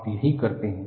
आप यही करते हैं